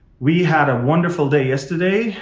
we had a wonderful day yesterday,